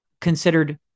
considered